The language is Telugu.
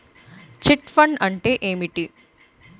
చిట్ ఫండ్ అంటే ఏంటి?